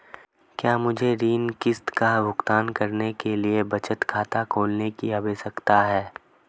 क्या मुझे ऋण किश्त का भुगतान करने के लिए बचत खाता खोलने की आवश्यकता है?